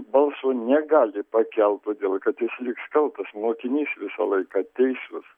balso negali pakelt todėl kad jis liks kaltas mokinys visą laiką teisus